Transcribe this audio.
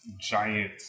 giant